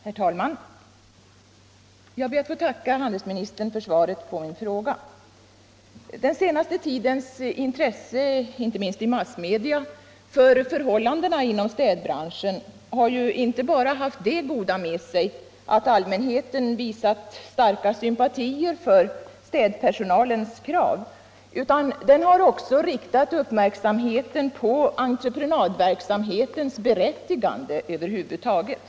Herr talman! Jag ber att få tacka handelsministern för svaret på min fråga. Den senaste tidens intresse i massmedia för förhållandena inom städbranschen har inte enbart haft det goda med sig att allmänheten visat starka sympatier för städpersonalens rättmätiga krav, utan det har också riktat uppmärksamheten på entreprenadverksamhetens berättigande över huvud taget.